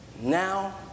Now